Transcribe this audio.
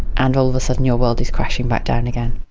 and all of a sudden your world is crashing back down and again.